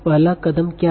पहला कदम क्या है